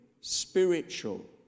spiritual